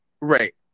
Right